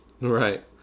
Right